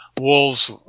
wolves